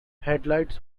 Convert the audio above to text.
headlights